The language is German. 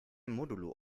modulo